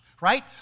right